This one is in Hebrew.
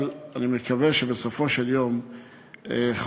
אבל אני מקווה שבסופו של יום חברי,